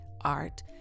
art